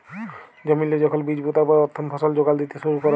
জমিল্লে যখল বীজ পুঁতার পর পথ্থম ফসল যোগাল দ্যিতে শুরু ক্যরে